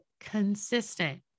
consistent